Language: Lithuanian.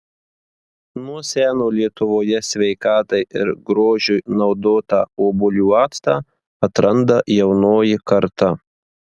nuo seno lietuvoje sveikatai ir grožiui naudotą obuolių actą atranda jaunoji karta